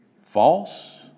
False